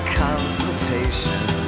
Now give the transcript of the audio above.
consultation